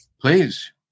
Please